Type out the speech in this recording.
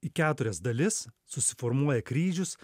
į keturias dalis susiformuoja kryžius